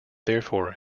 therefore